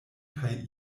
kaj